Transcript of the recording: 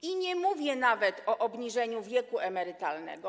I nie mówię nawet o obniżeniu wieku emerytalnego.